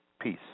Peace